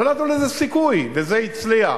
לא נתנו לזה סיכוי, וזה הצליח